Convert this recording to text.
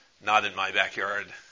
not-in-my-backyard